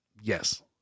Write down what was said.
Yes